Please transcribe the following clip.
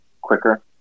quicker